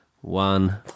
one